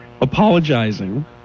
apologizing